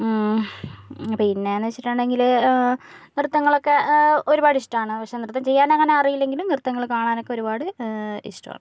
പിന്നെ എന്ന് വെച്ചിട്ടുണ്ടെങ്കിൽ നൃത്തങ്ങളൊക്കെ ഒരുപാട് ഇഷ്ടമാണ് പക്ഷെ നൃത്തം ചെയ്യാൻ അങ്ങനെ അറിയില്ലെങ്കിലും നൃത്തങ്ങൾ കാണാനൊക്കെ ഒരുപാട് ഇഷ്ടമാണ്